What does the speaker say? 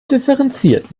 differenziert